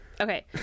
Okay